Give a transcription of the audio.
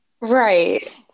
Right